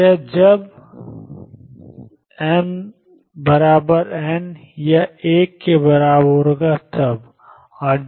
तो कि जब mn यह 1 है